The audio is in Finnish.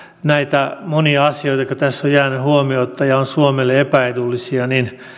näitä monia asioita jotka tässä ovat jääneet huomiotta ja jotka ovat suomelle epäedullisia